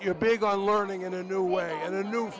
you're big on learning in a new